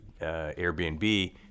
Airbnb